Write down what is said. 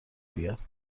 بیاد